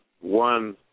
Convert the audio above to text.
one